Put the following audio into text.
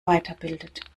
weiterbildet